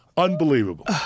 Unbelievable